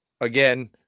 again